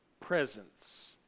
presence